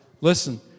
Listen